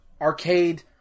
arcade